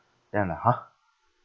then I'm like !huh!